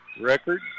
record